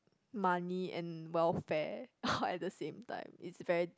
money and welfare all at the same time it's very